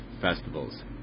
festivals